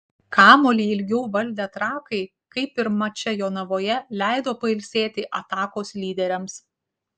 kamuolį ilgiau valdę trakai kaip ir mače jonavoje leido pailsėti atakos lyderiams